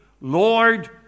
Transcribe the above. Lord